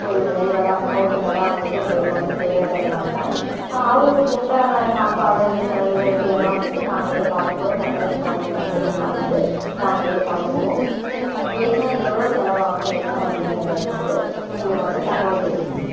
ஒரு ட்ரைவராக ஓட்டுனராக வந்துட்டு எங்களுக்கு வந்து தேவைப்படுறாங்க அவர்களுக்கு உண்டான சாப்பாடு அந்த செலவுகள் இதெல்லாம் வந்து நாங்களே பார்த்துப்போம் தங்குறதுக்கான இடத்தையும் எல்லாம் வந்து நாங்களே பார்த்துப்போம் என்ன எவ்வளோ செலவாகும் என்ன அப்டிங்குறதை வந்துட்டு எங்களுக்கு வந்து தகவல் தெரிவியுங்க